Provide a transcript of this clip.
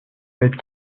fait